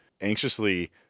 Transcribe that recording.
anxiously